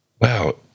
Wow